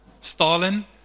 Stalin